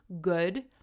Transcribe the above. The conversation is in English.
good